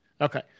Okay